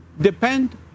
depend